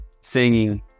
singing